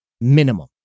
minimum